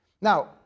Now